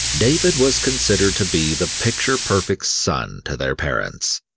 david was considered to be the picture perfect son to their parents.